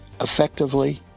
effectively